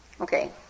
Okay